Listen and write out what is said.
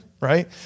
Right